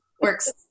works